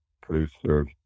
producer